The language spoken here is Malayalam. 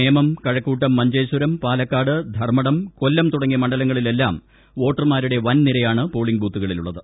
നേമം കഴക്കൂട്ടം മഞ്ചേശ്വരം പാലക്കാട് ധർമ്മടം കൊല്ലം തുടങ്ങിയ മണ്ഡലങ്ങളിലെല്ലാം വോട്ടർമാരുടെ വൻനിരയാണ് പോളിങ് ബൂത്തുകളിലുള്ളത്